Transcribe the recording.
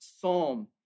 psalm